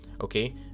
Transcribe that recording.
okay